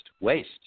waste